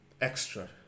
extra